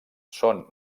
són